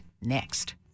next